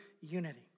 unity